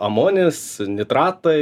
amonis nitratai